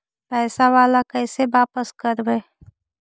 पैसा बाला कैसे बापस करबय?